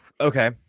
Okay